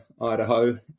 Idaho